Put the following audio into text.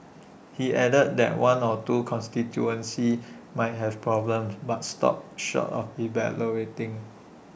he added that one or two constituencies might have problems but stopped short of elaborating